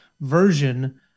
version